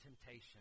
temptation